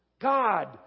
God